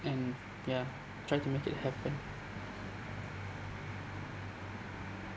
and ya try to make it happen